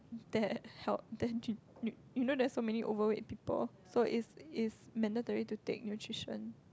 that help you know there's so many overweight people so it's is mandatory to take nutrition